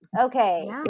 okay